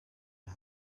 had